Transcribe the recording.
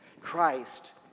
Christ